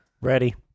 Ready